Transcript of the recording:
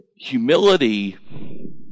Humility